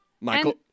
Michael